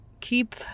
keep